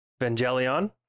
Vangelion